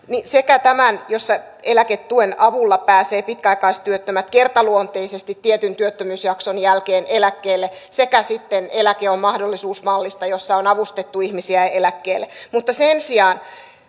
sekä tästä jossa eläketuen avulla pääsevät pitkäaikaistyöttömät kertaluonteisesti tietyn työttömyysjakson jälkeen eläkkeelle että sitten eläke on mahdollisuus mallista jossa on avustettu ihmisiä eläkkeelle mutta sen sijaan